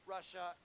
Russia